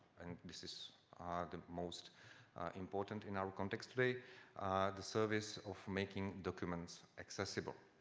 and this is the most important in our context today the service of making documents accessible.